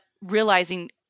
realizing